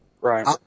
Right